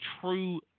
true